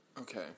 Okay